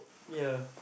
ya